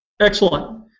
Excellent